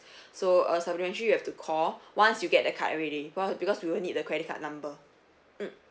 so a supplementary you have to call once you get the card already because because you will need the credit card number mm